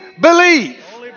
believe